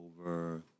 over